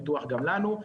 בטוח גם לנו.